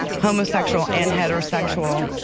homosexual and heterosexual,